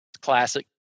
Classic